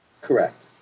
Correct